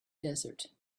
desert